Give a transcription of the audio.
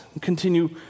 Continue